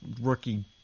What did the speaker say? rookie